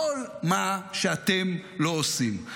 כל מה שאתם לא עושים.